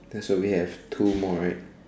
that's the way we have two more right